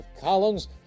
Collins